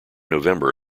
november